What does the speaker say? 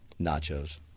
Nachos